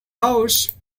house